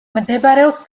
მდებარეობს